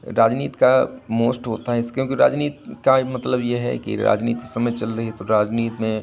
राजनीति का मोस्ट होता है इस क्योंकि राजनीति का ही मतलब ये है कि राजनीति इस समय चल रही है तो राजनीति में